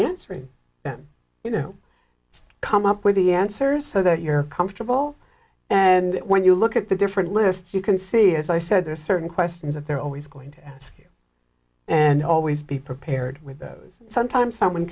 them you know come up with the answers so that you're comfortable and when you look at the different lists you can see as i said there are certain questions that they're always going to ask you and always be prepared with those sometimes someone